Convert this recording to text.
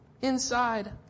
inside